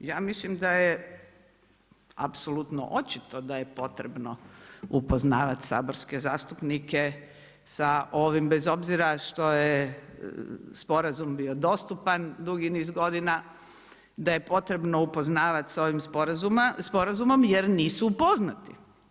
Ja mislim da je apsolutno očito da je potrebno upoznavati saborske zastupnike sa ovim bez obzira što je sporazum bio dostupan dugi niz godina, da je potrebno upoznavati sa ovim sporazumom jer nisu upoznati.